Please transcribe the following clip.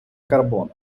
карбону